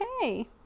okay